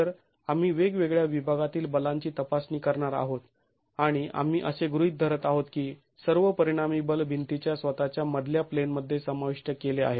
तर आम्ही वेगवेगळ्या विभागातील बलांची तपासणी करणार आहोत आणि आम्ही असे गृहीत धरत आहोत की सर्व परिणामी बल भिंतीच्या स्वतःच्या मधल्या प्लेनमध्ये समाविष्ट केले आहेत